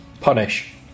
punish